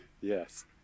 yes